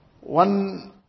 One